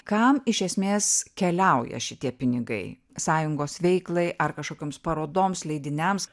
kam iš esmės keliauja šitie pinigai sąjungos veiklai ar kažkokioms parodoms leidiniams